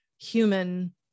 human